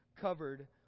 covered